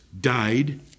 died